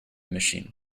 machine